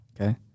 okay